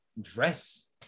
dress